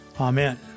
Amen